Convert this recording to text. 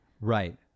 Right